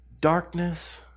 darkness